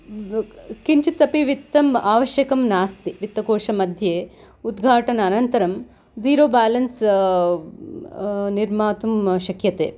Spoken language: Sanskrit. किञ्चित् अपि वित्तम् आवश्यकं नास्ति वित्तकोशमध्ये उद्घाटन अनन्तरं जीरो बेलेन्स् निर्मातुं शक्यते